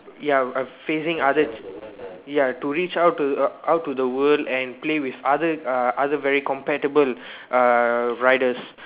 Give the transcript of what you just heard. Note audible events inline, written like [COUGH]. ya uh facing other [NOISE] ya to reach out to out to the world and play with other uh other very compatible uh riders